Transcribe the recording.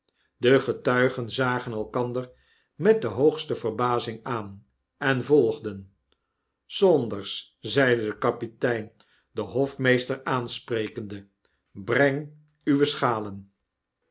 de getuigen zagen elkander met de hoogste verbazing aan en volgden saunders zeide de kapitein den hofmeester aansprekende breng uwe schalen